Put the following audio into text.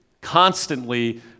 constantly